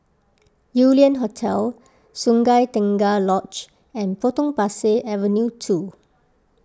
Yew Lian Hotel Sungei Tengah Lodge and Potong Pasir Avenue two